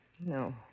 No